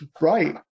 Right